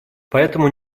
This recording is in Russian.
поэтому